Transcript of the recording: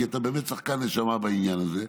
כי אתה באמת שחקן נשמה בעניין הזה,